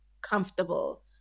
comfortable